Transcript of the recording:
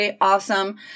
awesome